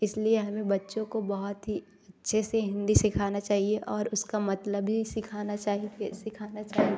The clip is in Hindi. इसलिए हमें बच्चों को बहुत ही अच्छे से हिन्दी सीखाना चाहिए और उसका मतलब भी सीखाना चाहिए सीखाना चाही